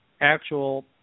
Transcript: actual